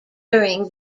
during